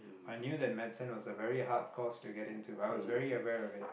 I knew that medicine was a very hard course to get into I was very aware of it